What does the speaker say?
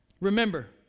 Remember